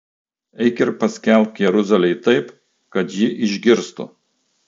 eik ir paskelbk jeruzalei taip kad ji išgirstų